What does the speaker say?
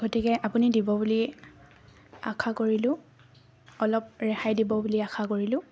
গতিকে আপুনি দিব বুলি আশা কৰিলোঁ অলপ ৰেহাই দিব বুলি আশা কৰিলোঁ